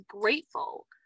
grateful